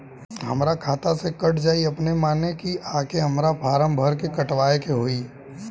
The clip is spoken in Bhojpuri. हमरा खाता से कट जायी अपने माने की आके हमरा फारम भर के कटवाए के होई?